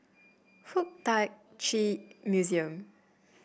FuK Tak Chi Museum